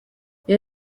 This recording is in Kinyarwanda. iyo